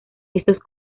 estos